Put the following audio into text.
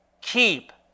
keep